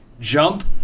jump